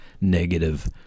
negative